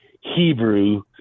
Hebrew